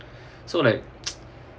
so like